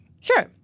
Sure